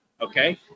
Okay